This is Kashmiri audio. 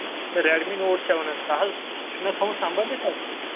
یہِ چھا ریڈ می نوٹ سیوَن حظ سُہ حظ چھُ مےٚ تھوٚومُت سَمبٲلِتھ حظ